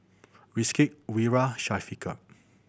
Rizqi Wira Syafiqah